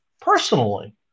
personally